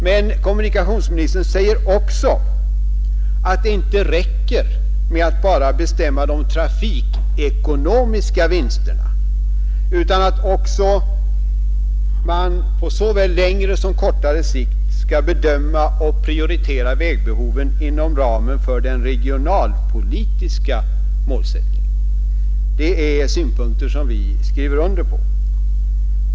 Men kommunikationsministern säger också att det inte räcker med att bara bestämma de trafikekonomiska vinsterna utan att man på såväl längre som kortare sikt skall bedöma och prioritera vägbehoven inom ramen för den regionalpolitiska målsättningen. Det är synpunkter som vi skriver under på.